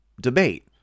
debate